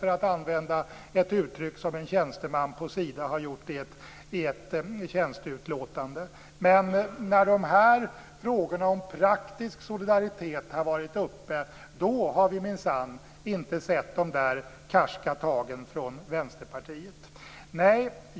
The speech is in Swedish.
Det senare är ett uttryck som använts i ett tjänsteutlåtande av en tjänsteman på Sida. När frågorna om praktisk solidaritet har varit uppe har vi minsann inte sett de karska tagen från Vänsterpartiet.